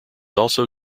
also